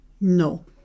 no